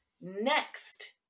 Next